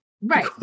Right